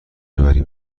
ببریم